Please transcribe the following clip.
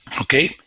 Okay